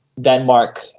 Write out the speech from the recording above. Denmark